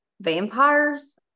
vampires